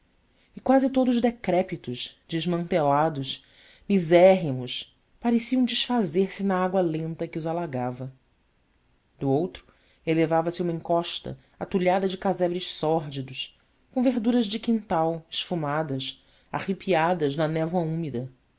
e quase todos decrépitos desmantelados misérrimos pareciam desfazer-se na água lenta que os alagava do outro elevava-se uma encosta atulhada de casebres sórdidos com verduras de quintal esfumadas arrepiadas na névoa úmida